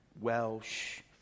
Welsh